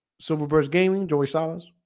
silver birds game enjoy silence